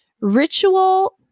Ritual